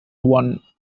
one